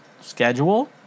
schedule